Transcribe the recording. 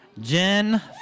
Jen